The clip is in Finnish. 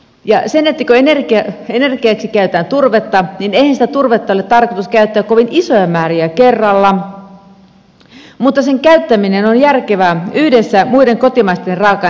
kun energiaksi käytetään turvetta niin eihän sitä turvetta ole tarkoitus käyttää kovin isoja määriä kerralla mutta sen käyttäminen on järkevää yhdessä muiden kotimaisten raaka aineitten kanssa